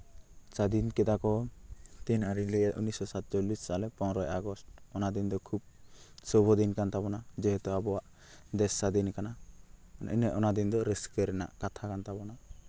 ᱥᱟᱹᱫᱷᱤᱱ ᱠᱮᱫᱟ ᱠᱚ ᱛᱤᱱ ᱟᱹᱨᱤ ᱞᱟᱹᱭᱟ ᱩᱱᱤᱥᱥᱚ ᱥᱟᱛᱪᱚᱞᱞᱤᱥ ᱥᱟᱞᱮ ᱯᱚᱱᱨᱚᱭ ᱟᱜᱚᱥᱴ ᱚᱱᱟ ᱫᱤᱱ ᱫᱚ ᱠᱷᱩᱵᱽ ᱥᱩᱵᱷᱚ ᱫᱤᱱ ᱠᱟᱱ ᱛᱟᱵᱚᱱᱟ ᱡᱮᱦᱮᱛᱩ ᱟᱵᱚᱣᱟᱜ ᱫᱮᱥ ᱥᱟᱹᱫᱷᱤᱱ ᱠᱟᱱᱟ ᱚᱱᱟ ᱫᱤᱱ ᱫᱚ ᱨᱟᱹᱥᱠᱟᱹ ᱨᱮᱱᱟᱜ ᱠᱟᱛᱷᱟ ᱠᱟᱱ ᱛᱟᱵᱳᱱᱟ